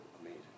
amazing